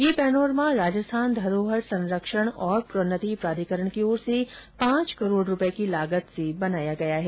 यह पैनोरमा राजस्थान धरोहर संरक्षण और प्रोन्नति प्राधिकरण की ओर से पांच करोड रूपए की लागत से बनाया गया है